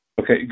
Okay